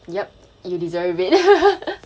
yup you deserve it